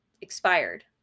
Expired